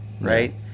right